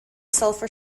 sulfur